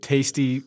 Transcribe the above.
Tasty